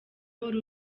wari